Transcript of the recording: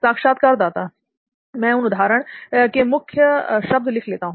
साक्षात्कारदाता मैं उन उदाहरण के मुख्य शब्द लिख लेता हूं